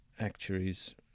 actuaries